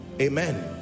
Amen